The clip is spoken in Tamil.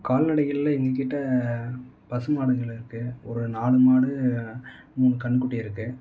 கால்நடைகளில் எங்கள் கிட்டே பசு மாடுகள் இருக்குது ஒரு நாலு மாடு மூணு கன்றுக்குட்டி இருக்குது